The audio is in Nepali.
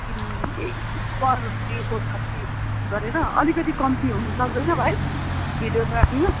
ए पर डेको थर्ट्टी गरेर अलिकति कम्ती हुनु सक्दैन भाइ भिडियोग्राफीमा